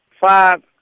five